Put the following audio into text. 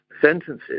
sentences